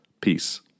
peace